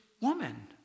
woman